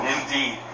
Indeed